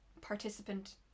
participant